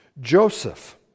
Joseph